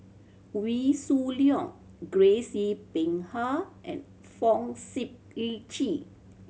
Wee Shoo Leong Grace Yin Peck Ha and Fong Sip Chee